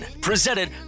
presented